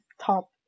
top